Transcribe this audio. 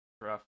rough